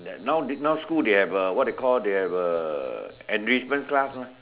that now they school they have the what they call they have the enrichment class Ma